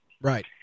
Right